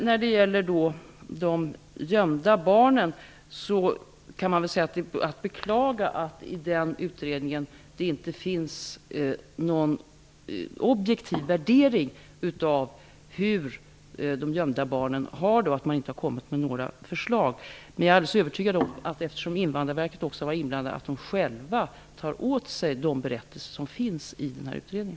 När det gäller de gömda barnen kan man beklaga att det i utredningen inte förekommer någon objektiv värdering av hur dessa barn har det och att man inte har kommit med några förslag. Men eftersom också Invandrarverket är inblandat, är jag övertygad om att verket självt tar åt sig de berättelser som finns i denna utredning.